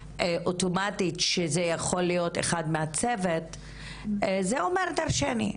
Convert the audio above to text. אוטומטית שזה יכול להיות אחד מהצוות - זה אומר דרשני.